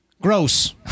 gross